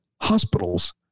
Hospitals